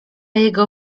jego